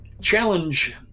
challenge